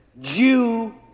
Jew